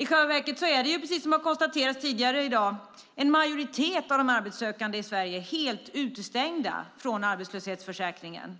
I själva verket är, precis som har konstaterats tidigare i dag, en majoritet av de arbetssökande i Sverige helt utestängda från arbetslöshetsförsäkringen.